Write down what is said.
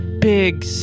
big